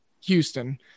Houston